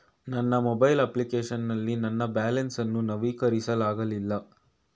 ನನ್ನ mobile application ನಲ್ಲಿ ನನ್ನ ಬ್ಯಾಲೆನ್ಸ್ ಅನ್ನು ನವೀಕರಿಸಲಾಗಿಲ್ಲ